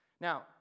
Now